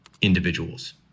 individuals